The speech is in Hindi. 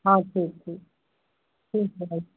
हाँ ठीक ठीक ठीक है भाई